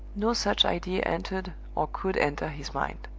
no such idea entered or could enter his mind.